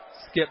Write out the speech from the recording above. Skip